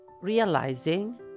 realizing